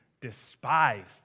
despised